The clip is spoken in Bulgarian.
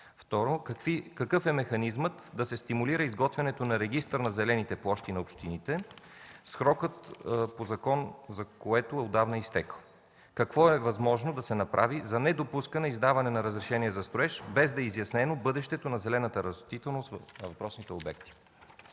Второ, какъв е механизмът да се стимулира изготвянето на регистър на зелените площи на общините? Срокът по закон за това отдавна е изтекъл. Какво е възможно да се направи за недопускане издаване на разрешение за строеж, без да е изяснено бъдещето на зелената растителност във въпросните обекти?